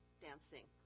dancing